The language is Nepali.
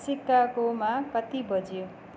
सिकागोमा कति बज्यो